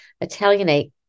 Italianate